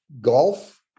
Golf